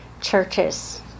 churches